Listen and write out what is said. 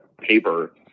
paper